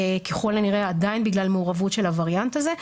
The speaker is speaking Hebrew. ככל הנראה עדיין בגלל מעורבות של הווריאנט הזה.